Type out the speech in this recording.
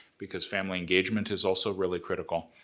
because family engagement is also really critical.